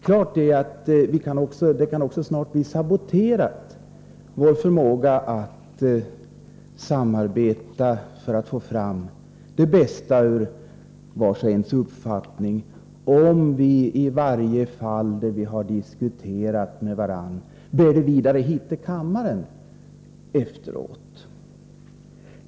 Klart är att vår förmåga att samarbeta för att få fram det bästa av vars och ens uppfattning kan bli saboterad, om vi i alla de fall då vi har fört diskussioner efteråt bär dessa diskussioner vidare hit till kammaren.